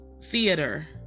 theater